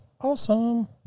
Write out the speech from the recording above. awesome